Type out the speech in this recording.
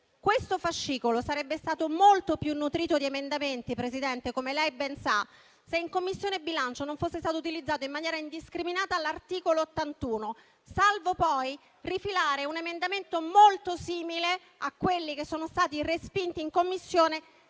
Questo fascicolo sarebbe stato molto più nutrito di emendamenti, Presidente, come lei ben sa, se in Commissione bilancio non fosse stato utilizzato in maniera indiscriminata l'articolo 81, salvo poi rifilare un emendamento molto simile a quelli che sono stati respinti in Commissione